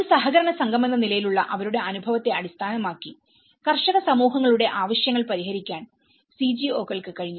ഒരു സഹകരണ സംഘമെന്ന നിലയിലുള്ള അവരുടെ അനുഭവത്തെ അടിസ്ഥാനമാക്കി കർഷക സമൂഹങ്ങളുടെ ആവശ്യങ്ങൾ പരിഹരിക്കാൻ സിജിഒകൾക്ക് കഴിഞ്ഞു